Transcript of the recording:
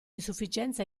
insufficienza